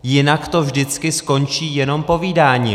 Jinak to vždycky skončí jenom povídáním.